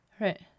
right